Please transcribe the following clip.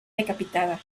decapitada